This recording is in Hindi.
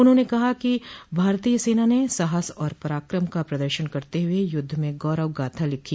उन्होंने कहा कि भारतीय सेना ने साहस और पराक्रम का प्रदर्शन करते हुए युद्ध में गौरवगाथा लिखी